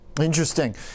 Interesting